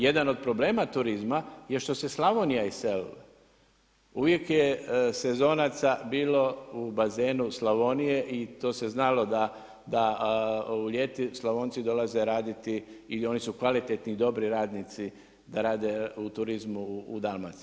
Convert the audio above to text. Jedan od problema turizma je što se Slavonija iselila, uvijek je sezonaca bilo u bazenu Slavonije i to se znalo da ljeti Slavonci dolaze raditi i oni su kvalitetni i dobri radnici da rade u turizmu u Dalmaciji.